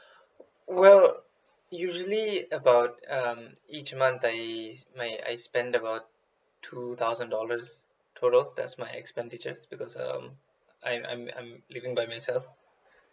well usually about um each month I my I spend about two thousand dollars total that's my expenditures because um I'm I'm I'm living by myself